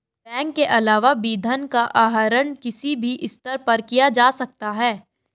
bank के अलावा भी धन का आहरण किसी भी स्तर पर किया जा सकता है